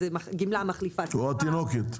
או התינוקת.